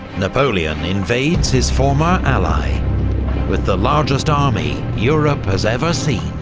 napoleon invades his former ally with the largest army europe has ever seen.